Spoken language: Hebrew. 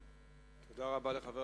תודה רבה, אדוני.